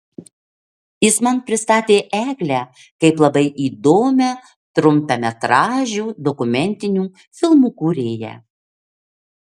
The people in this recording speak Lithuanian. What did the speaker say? jis man pristatė eglę kaip labai įdomią trumpametražių dokumentinių filmų kūrėją